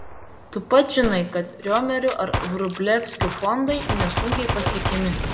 tu pats žinai kad riomerių ar vrublevskių fondai nesunkiai pasiekiami